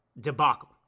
debacle